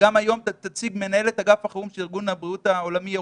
וגם היום תציג מנהלת אגף החירום של ארגון הבריאות העולמי אירופה,